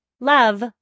Love